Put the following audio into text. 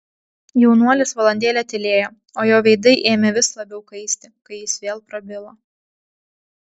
jaunuolis valandėlę tylėjo o jo veidai ėmė vis labiau kaisti kai jis vėl prabilo